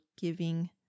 giving